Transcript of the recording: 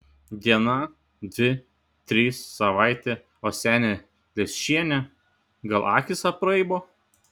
diena dvi trys savaitė o senė leščienė gal akys apraibo